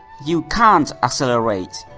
you can't accelerate!